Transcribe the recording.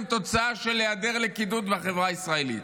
הם תוצאה של היעדר לכידות בחברה הישראלית.